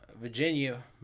Virginia